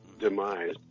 demise